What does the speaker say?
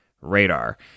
radar